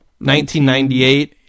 1998